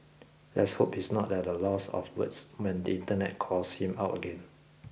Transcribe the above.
let's hope he's not at a loss of words when the Internet calls him out again